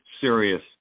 serious